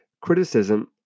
criticism